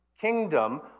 kingdom